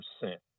percent